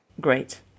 Great